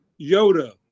Yoda